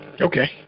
Okay